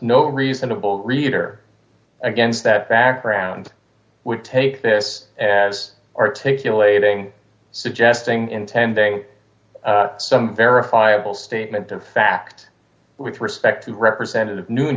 no reasonable reader against that background would take this as articulating suggesting intend a some verifiable statement of fact with respect to representative n